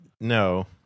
No